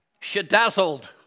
shedazzled